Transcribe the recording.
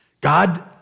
God